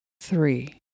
three